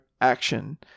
action